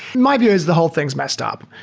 my view is the whole thing is messed up.